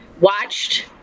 watched